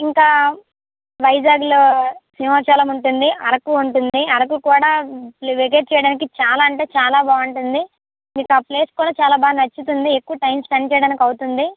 ఇంకా వైజాగ్లో సింహాచలం ఉంటుంది అరకు ఉంటుంది అరకు కూడ విసిట్ చేయడానికి చాలా అంటే చాలా బాగుంటుంది మీకు ఆ ప్లేస్ కూడా చాలా బాగా నచ్చుతుంది ఎక్కువ టైమ్ స్పెండ్ చేయడానికి అవుతుంది